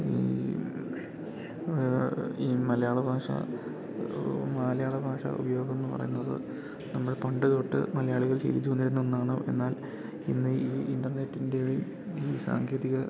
ഈ ഈ മലയാളഭാഷ മലയാളഭാഷാ ഉപയോഗമെന്ന് പറയുന്നത് നമ്മൾ പണ്ടുതൊട്ട് മലയാളികൾ ശീലിച്ചുവന്നിരുന്ന ഒന്നാണ് എന്നാൽ ഇന്ന് ഈ ഇൻ്റർനെറ്റിൻ്റെയും ഈ സാങ്കേതിക